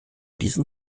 diesen